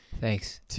Thanks